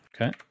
Okay